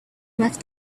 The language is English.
left